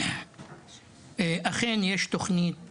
אכן יש תוכנית